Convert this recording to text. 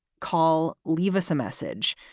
call. leave us a message.